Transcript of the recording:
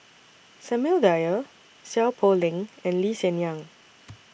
Samuel Dyer Seow Poh Leng and Lee Hsien Yang